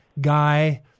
guy